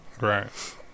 right